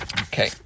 Okay